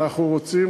אנחנו רוצים,